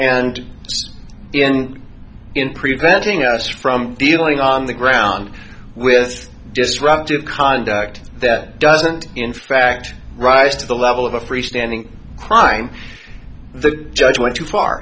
and in preventing us from dealing on the ground with destructive conduct that doesn't in fact rise to the level of a freestanding crime the judge went too far